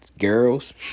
girls